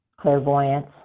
clairvoyance